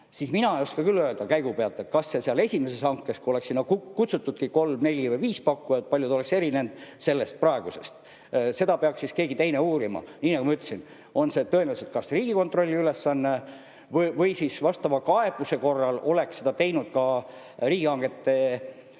siis mina ei oska küll öelda käigu pealt, kui palju seal esimeses hankes, kui oleks sinna kutsutudki kolm, neli või viis pakkujat, see oleks erinenud sellest praegusest. Seda peaks siis keegi teine uurima. Nii nagu ma ütlesin, on see tõenäoliselt kas Riigikontrolli ülesanne või siis vastava kaebuse korral oleks seda teinud ka riigihangete